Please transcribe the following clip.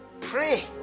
Pray